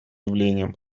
явлением